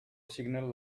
signal